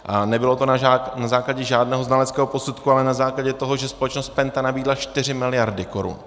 A nebylo to na základě žádného znaleckého posudku, ale na základě toho, že společnost Penta nabídla 4 mld. korun.